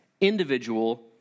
individual